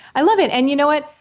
i love it. and you know what?